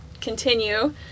continue